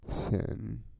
ten